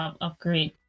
upgrade